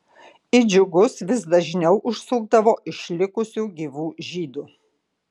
į džiugus vis dažniau užsukdavo išlikusių gyvų žydų